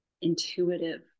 intuitive